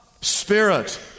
Spirit